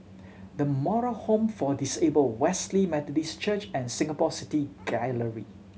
The Moral Home for Disabled Wesley Methodist Church and Singapore City Gallery